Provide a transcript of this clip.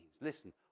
listen